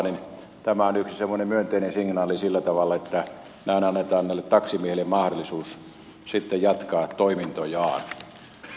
ja tämä on yksi semmoinen myönteinen signaali sillä tavalla että näin annetaan näille taksimiehille mahdollisuus sitten jatkaa toimintojaan